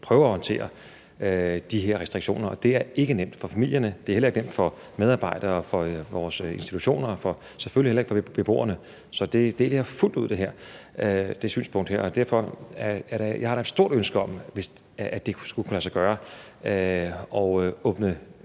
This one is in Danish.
prøver at håndtere de her restriktioner, og det er ikke nemt for familierne. Det er heller ikke nemt for medarbejdere og for vores institutioner og selvfølgelig heller ikke for beboerne. Så det synspunkt deler jeg fuldt ud. Jeg har da et stort ønske om, at det skulle kunne lade sig gøre at åbne